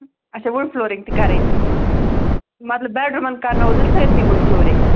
اَچھا wood flooring تہِ کَرٕنۍ مطلب بیڈروٗمَن کَرناوو تیٚلہِ سٲری وُڈ فٕلورِنٛگ